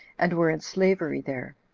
and were in slavery there,